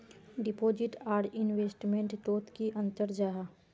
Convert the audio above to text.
Deposit आर investment तोत की अंतर जाहा?